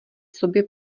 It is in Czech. sobě